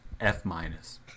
F-minus